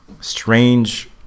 strange